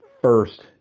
first